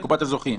לקופת הזוכים.